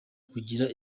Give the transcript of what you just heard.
kugira